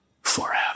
forever